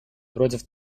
против